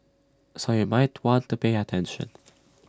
so you might want to pay attention